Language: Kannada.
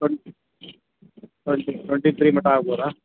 ಟ್ವೆಂಟಿ ಟ್ವೆಂಟಿ ಟ್ವೆಂಟಿ ತ್ರೀ ಮಟ್ಟ ಆಗ್ಬೋದಾ